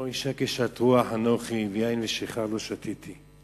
לא אשה קשת רוח אנכי ויין ושכר לא שתיתי".